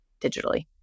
digitally